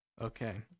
Okay